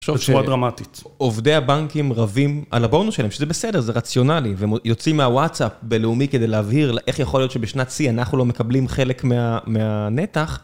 עובדי הבנקים רבים על הבונוס שלהם, שזה בסדר, זה רציונלי, והם יוצאים מהוואטסאפ בלאומי כדי להבהיר איך יכול להיות שבשנת שיא אנחנו לא מקבלים חלק מהנתח.